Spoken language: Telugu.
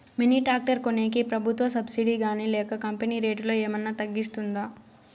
మిని టాక్టర్ కొనేకి ప్రభుత్వ సబ్సిడి గాని లేక కంపెని రేటులో ఏమన్నా తగ్గిస్తుందా?